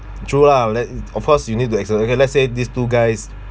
true lah like of course you need to exercise okay let's say these two guys